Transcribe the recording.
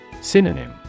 Synonym